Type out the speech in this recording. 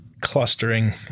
clustering